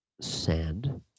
sand